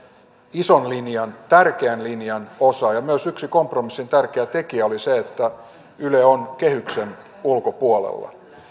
ison linjan tärkeän linjan osa ja myös yksi kompromissin tärkeä tekijä oli se että yle on kehyksen ulkopuolella